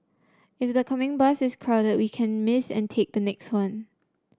if the coming bus is crowded we can miss and take the next one